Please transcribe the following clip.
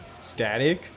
static